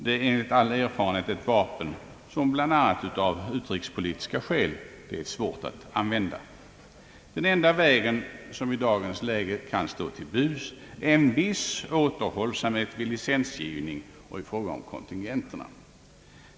Det är enligt all erfarenhet ett vapen som bland annat av utrikespolitiska skäl är svårt att använda. Den enda väg som i dagens läge kan stå till buds är en viss återhållsamhet vid licensgivning och i fråga om kontingenterna.